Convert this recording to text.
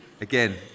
again